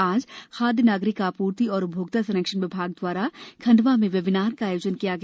आज खाद्य नागरिक आपूर्ति एवं उपभोक्ता संरक्षण विभाग द्वारा खण्डवा में वेबीनार का आयोजन किया गया